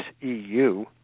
EU